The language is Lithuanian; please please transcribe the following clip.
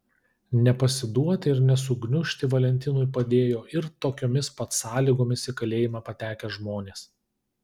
nepasiduoti ir nesugniužti valentinui padėjo ir tokiomis pat sąlygomis į kalėjimą patekę žmonės